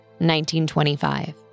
1925